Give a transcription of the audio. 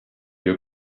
you